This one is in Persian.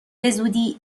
بزودی